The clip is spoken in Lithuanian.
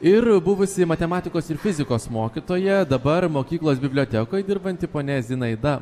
ir buvusi matematikos ir fizikos mokytoja dabar mokyklos bibliotekoj dirbanti ponia zinaida